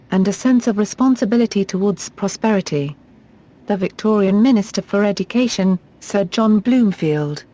and a sense of responsibility towards prosperity the victorian minister for education, sir john bloomfield,